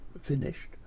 finished